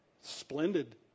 Splendid